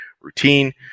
routine